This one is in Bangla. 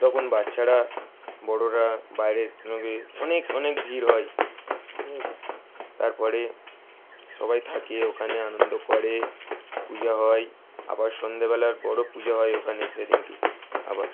তখন বাচ্চারা বড়োরা বাইরে অনেকে অনেক অনেক ভিড় হয় ঠিক আছে তারপরে সবাই থাকে ওখানে আনন্দ করে পূজা হয় আবার সন্ধেবেলার বড়ো পূজা হয় ওখানে সেদিনকে আবার